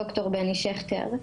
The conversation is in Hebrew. ד"ר בני שכטר,